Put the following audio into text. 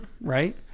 right